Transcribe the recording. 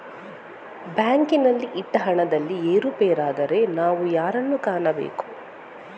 ಬ್ಯಾಂಕಿನಲ್ಲಿ ಇಟ್ಟ ಹಣದಲ್ಲಿ ಏರುಪೇರಾದರೆ ನಾವು ಯಾರನ್ನು ಕಾಣಬೇಕು?